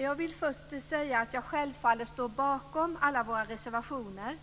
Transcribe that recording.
Jag står självfallet bakom alla våra reservationer,